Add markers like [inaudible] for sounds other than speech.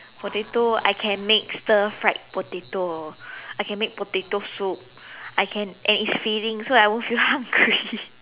potato I can make stir fried potato I can make potato soup I can and it's fillings so I won't feel hungry [laughs]